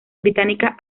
británicas